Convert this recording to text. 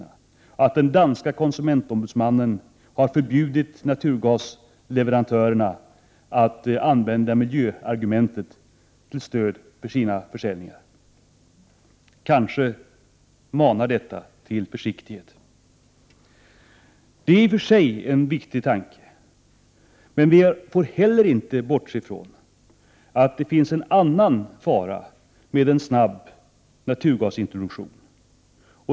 Det är också intressant att den danska konsumentombudsmannen har förbjudit naturgasleverantörerna att använda miljöargumentet till stöd för sin försäljning. Detta manar till försiktighet. Det är en viktig erinran. Man bör inte heller bortse från att det också finns en annan fara med en snabb naturgasintroduktion.